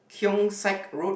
Keong-Saik road